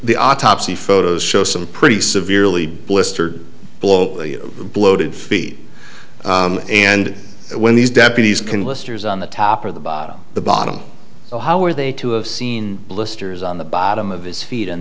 the autopsy photos show some pretty severely blister blow bloated feet and when these deputies can lister's on the top of the bottom of the bottom so how were they to have seen blisters on the by bottom of his feet